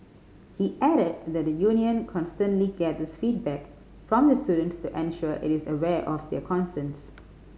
he added that the union constantly gathers feedback from the students to ensure it is aware of their concerns